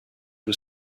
was